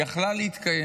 הייתה יכולה להתקיים.